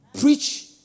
preach